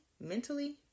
mentally